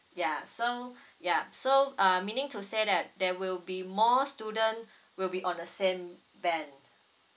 ya so yup so uh meaning to say that there will be more student will be on the same band